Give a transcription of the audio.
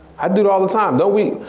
i do it all the time, don't we?